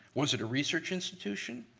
was it a research institution?